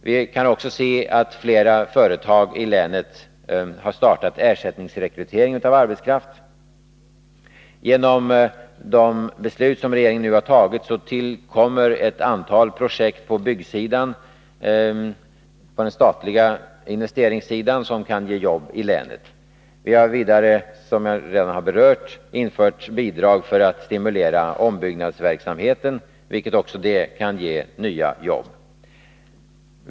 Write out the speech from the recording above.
Man kan också se att fler företag i länet har startat ersättningsrekrytering av arbetskraft. Genom de beslut som regeringen nu har tagit tillkommer ett antal projekt på byggsidan, på den statliga investeringssidan, som kan ge jobb i länet. Vi har vidare, som jag redan har berört, infört bidrag för att stimulera ombyggnadsverksamhet, vilket också det kan ge nya jobb.